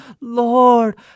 Lord